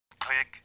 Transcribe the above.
Click